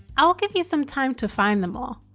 i'll give you some time to find them all.